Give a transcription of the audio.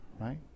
right